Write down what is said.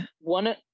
one